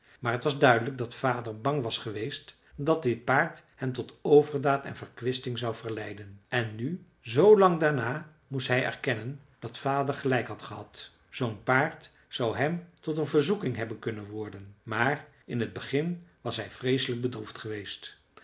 maar t was duidelijk dat vader bang was geweest dat dit paard hem tot overdaad en verkwisting zou verleiden en nu zoolang daarna moest hij erkennen dat vader gelijk had gehad zoo'n paard zou hem tot een verzoeking hebben kunnen worden maar in t begin was hij vreeselijk bedroefd geweest